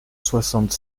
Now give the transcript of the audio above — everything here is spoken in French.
soixante